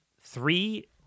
three